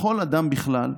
לכל אדם בכלל,